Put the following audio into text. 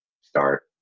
start